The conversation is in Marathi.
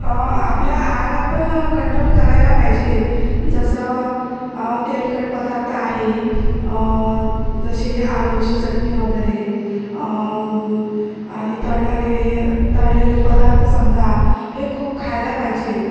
आपल्या आहारात पण कंट्रोल करायला पाहिजे जसं तेलकट पदार्थ आहे जसे आलूची चटणी वगैरे आणि तळणारे तळलेले पदार्थ समजा हे खूप खायला पाहिजे